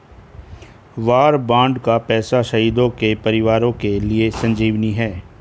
वार bond का पैसा शहीद के परिवारों के लिए संजीवनी है